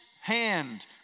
hand